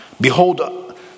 behold